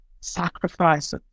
sacrifice